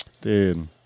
Dude